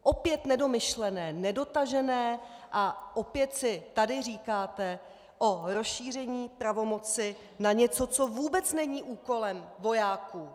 Opět nedomyšlené, nedotažené a opět si tady říkáte o rozšíření pravomoci na něco, co vůbec není úkolem vojáků.